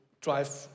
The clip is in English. drive